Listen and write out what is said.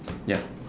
ya